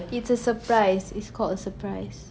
it's a surprise it's called a surprise